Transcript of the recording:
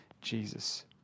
Jesus